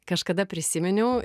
kažkada prisiminiau